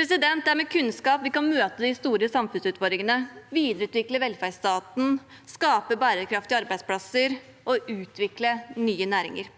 Det er med kunnskap vi kan møte de store samfunnsutfordringene, videreutvikle velferdsstaten, skape bærekraftige arbeidsplasser og utvikle nye næringer.